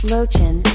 Lochin